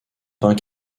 peint